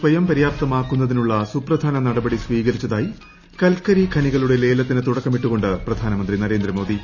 സ്വയംപര്യാപ്തമാക്കുന്നതിനുള്ള സുപ്രധാന നടപടി സ്വീകരിച്ചതായി കൽക്കരി ഖനികളുടെ ലേലത്തിന് തുടക്കമിട്ടു കൊണ്ട് പ്രധാനമന്ത്രി നരേന്ദ്രമോദി